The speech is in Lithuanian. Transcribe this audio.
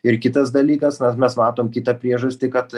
ir kitas dalykas nes mes matome kitą priežastį kad